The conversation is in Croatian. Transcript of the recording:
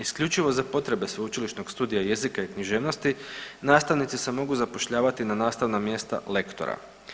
Isključivo za potrebe sveučilišnog studija jezika i književnosti nastavnici se mogu zapošljavati na nastavna mjesta lektora.